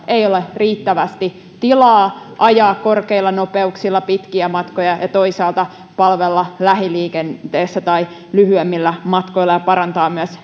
ei ole riittävästi tilaa ajaa korkeilla nopeuksilla pitkiä matkoja ja toisaalta palvella lähiliikenteessä tai lyhyemmillä matkoilla ja parantaa myös